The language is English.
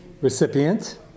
recipient